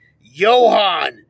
Johan